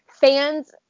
Fans